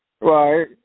right